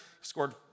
scored